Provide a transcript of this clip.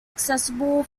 accessible